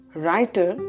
writer